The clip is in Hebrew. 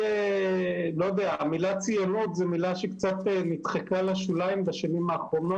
שהיא מנהלת שירות הסרטים הישראלי במשרד התרבות,